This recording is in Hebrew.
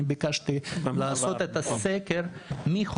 אני ביקשתי לעשות את הסקר,